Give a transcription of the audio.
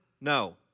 No